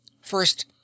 First